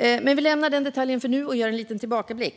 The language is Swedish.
Låt oss lämna den detaljen just nu och i stället göra en liten tillbakablick.